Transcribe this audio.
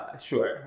sure